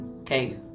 Okay